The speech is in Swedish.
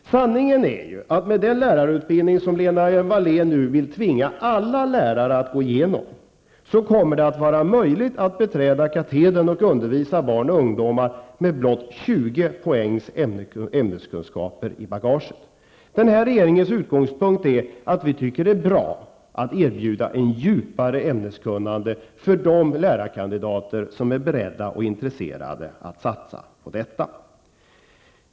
Sanningen är, att med den lärarutbildning som Lena Hjelm-Wallén nu vill tvinga alla lärare att gå igenom, kommer det att vara möjligt att beträda katedern och undervisa barn och ungdomar med blott 20 poäng ämneskunskaper i bagaget. Denna regerings utgångspunkt är att det är bra att erbjuda ett djupare ämneskunnande för de lärarkandidater som är beredda och intresserade av att satsa på detta.